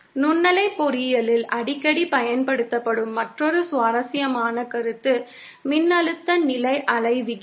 நுண்ணலை பொறியியலில் அடிக்கடி பயன்படுத்தப்படும் மற்றொரு சுவாரஸ்யமான கருத்து மின்னழுத்த நிலை அலை விகிதம்